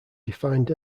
defined